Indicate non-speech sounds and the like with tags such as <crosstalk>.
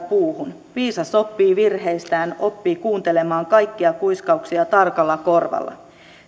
<unintelligible> puuhun viisas oppii virheistään oppii kuuntelemaan kaikkia kuiskauksia tarkalla korvalla